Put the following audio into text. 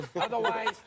Otherwise